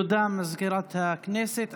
תודה, מזכירת הכנסת.